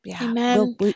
Amen